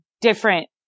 different